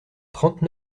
trente